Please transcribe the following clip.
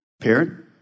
Parent